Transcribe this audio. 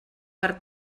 per